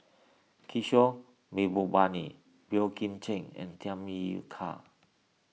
Kishore Mahbubani Boey Kim Cheng and Tham Yui Kai